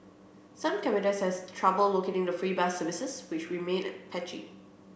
some commuters has trouble locating the free bus services which remained patchy